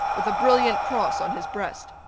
with a brilliant cross on his breast.